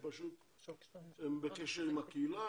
הם בקשר עם הקהילה,